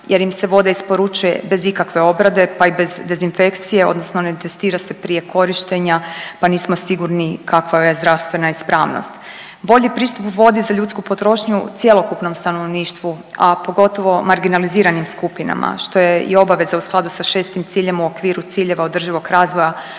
jer im se voda isporučuje bez ikakve obrade pa i bez dezinfekcije odnosno ne testira se prije korištenja pa nismo sigurni kakva joj je zdravstvena ispravnost. Bolji pristup vodi za ljudsku potrošnju cjelokupnom stanovništvu, a pogotovo marginaliziranim skupinama što je i obaveza sa šestim ciljem u okviru ciljeva održivog razvoja